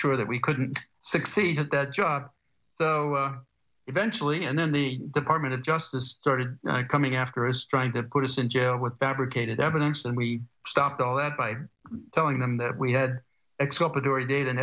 sure that we couldn't succeed at that job so eventually and then the department of justice started coming after us trying to put us in jail with fabricated evidence and we stopped all that by telling them that we had